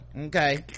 Okay